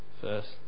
first